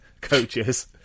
coaches